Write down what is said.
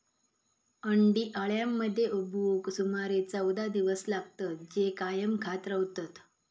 अंडी अळ्यांमध्ये उबवूक सुमारे चौदा दिवस लागतत, जे कायम खात रवतत